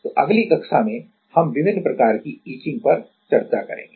तो अगली कक्षा में हम विभिन्न प्रकार की इचिंग पर चर्चा करेंगे